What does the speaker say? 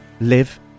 live